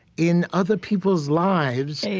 in other people's lives,